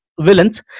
villains